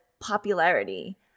popularity